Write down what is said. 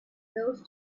those